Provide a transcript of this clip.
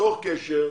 צור קשר,